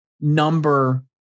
number